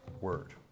word